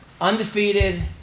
undefeated